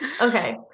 Okay